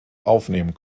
aufnehmen